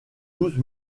douze